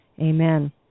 Amen